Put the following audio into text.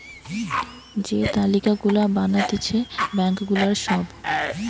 যে তালিকা গুলা বানাতিছে ব্যাঙ্ক গুলার সব